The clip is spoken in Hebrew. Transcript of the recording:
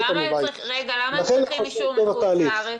לכן --- למה הם צריכים אישור מחוץ לארץ?